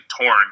torn